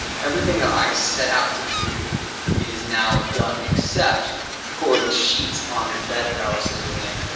and everything that i set out to do is now done except for the sheets on the bed that i was sleeping in.